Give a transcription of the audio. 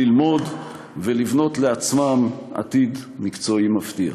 ללמוד ולבנות לעצמם עתיד מקצועי מבטיח.